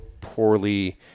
poorly